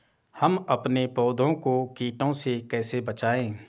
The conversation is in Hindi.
हम अपने पौधों को कीटों से कैसे बचाएं?